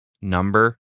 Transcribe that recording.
number